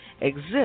exist